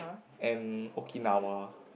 and Okinawa